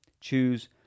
Choose